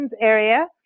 area